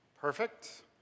Perfect